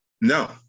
No